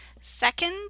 Second